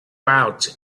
out